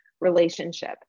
relationship